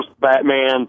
Batman